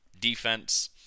defense